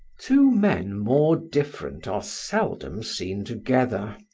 two men more different are seldom seen together.